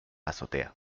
azotea